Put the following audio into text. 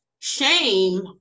Shame